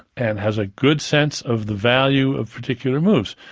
and has a good sense of the value of particular moves.